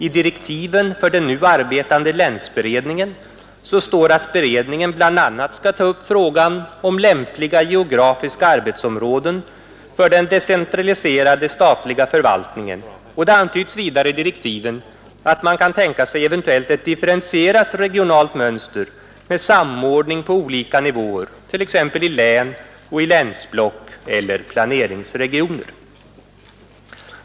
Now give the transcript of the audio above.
I direktiven för den nu arbetande länsberedningen står att beredningen bl.a. skall ta upp frågan om lämpliga geografiska arbetsområden för den decentraliserade statliga förvaltningen. Det antyds vidare i direktiven att man kan tänka sig eventuellt ett differentierat regionalt mönster med samordning på olika nivåer, t.ex. i län och i länsblock eller planeringsregioner.